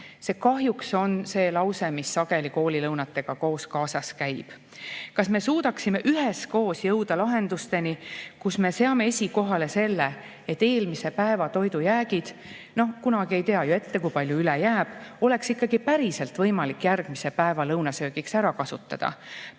See kahjuks on see, mis sageli koolilõunatega koos käib. Kas me suudaksime üheskoos jõuda lahendusteni, [mille puhul] me seame esikohale selle, et eelmise päeva toidujäägid – kunagi ei tea ju ette, kui palju üle jääb – oleks ikkagi päriselt võimalik järgmise päeva lõunasöögiks ära kasutada.